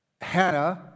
Hannah